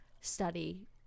study